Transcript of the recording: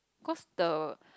because the